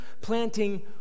planting